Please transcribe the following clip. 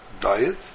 diet